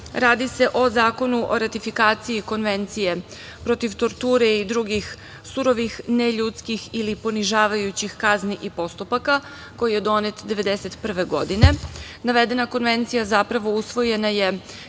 radi se o Zakonu o ratifikaciji i Konvencije protiv torture i drugih surovih neljudskih ili ponižavajućih kazni i postupaka koji je donet 1991. godine. Navedena konvencija zapravo usvojena je